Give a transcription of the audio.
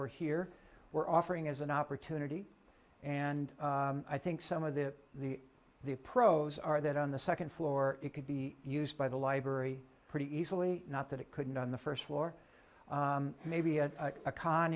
we're here we're offering as an opportunity and i think some of the the the pros are that on the second floor it could be used by the library pretty easily not that it couldn't on the first floor maybe at a con